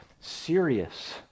serious